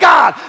God